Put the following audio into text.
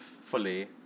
fully